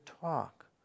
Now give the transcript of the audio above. talk